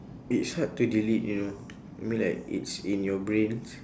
it's hard to delete you know I mean like it's in your brains